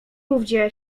ówdzie